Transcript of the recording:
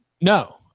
No